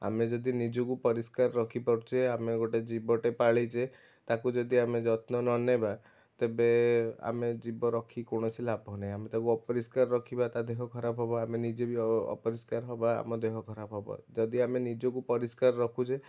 ଆମେ ଯଦି ନିଜକୁ ପରିସ୍କାର ରଖିପାରୁଛେ ଆମେ ଗୋଟେ ଜୀବଟେ ପାଳିଛେ ତାକୁ ଯଦି ଆମେ ଯତ୍ନ ନ ନେବା ତେବେ ଆମେ ଜୀବ ରଖିକି କୌଣସି ଲାଭ ନାହିଁ ଆମେ ତାକୁ ଅପରିସ୍କାର ରଖିବା ତା ଦେହ ଖରାପ ହେବ ଆମେ ନିଜେ ବି ଅପରିସ୍କାର ହେବା ଆମ ଦେହ ଖରାପ ହେବ ଯଦି ଆମେ ନିଜକୁ ପରିସ୍କାର ରଖୁଛେ